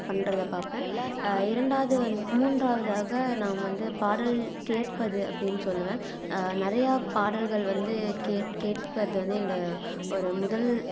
பண்றதை பார்ப்பேன் இரண்டாவது வந்து மூன்றாவதாக நான் வந்து பாடல் கேட்பது அப்படினு சொல்லுவேன் நிறையா பாடல்கள் வந்து கேட் கேட் கேட்பது வந்து என்னோடய ஒரு முதல்